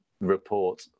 report